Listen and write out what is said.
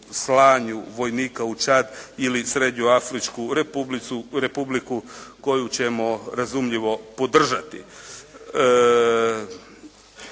slanju vojnika u Čad ili Srednjoafričku Republiku koju ćemo, razumljivo podržati.